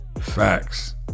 facts